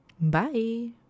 Bye